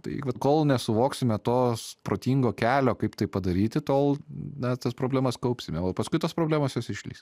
tai vat kol nesuvoksime tos protingo kelio kaip tai padaryti tol na tas problemas kaupsime o paskui tos problemos jos išlįs